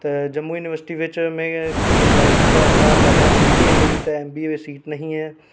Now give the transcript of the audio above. ते जम्मू यूनिवर्सिटी बिच में अपलाई कीता हा एम बी ए लेई ते एम बी ए दी सीट नेईं ही